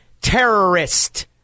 Terrorist